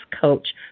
coach